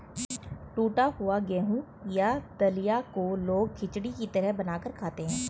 टुटा हुआ गेहूं या दलिया को लोग खिचड़ी की तरह बनाकर खाते है